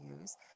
use